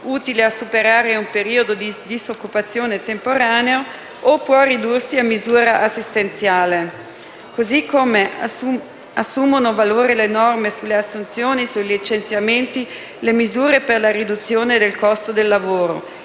utile a superare un periodo di disoccupazione temporanea o può ridursi a misura assistenzialistica. Così come assumono valore le norme sulle assunzioni, sui licenziamenti, le misure per la riduzione del costo del lavoro.